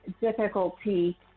difficulty